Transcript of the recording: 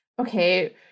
okay